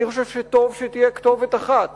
אני חושב שטוב שתהיה כתובת אחת